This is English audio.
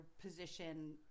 position